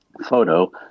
photo